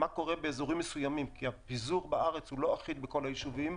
מה קורה באזורים מסוימים כי הפיזור בארץ הוא לא אחיד בכל הישובים.